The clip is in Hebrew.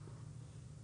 כי האמנה מאומצת בחוק.